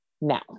now